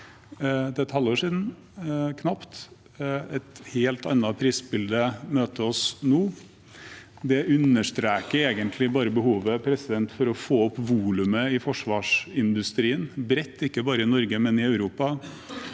knapt et halvt år siden. Et helt annet prisbilde møter oss nå. Det understreker egentlig bare behovet for å få opp volumet bredt i forsvarsindustrien, ikke bare i Norge, men i Europa.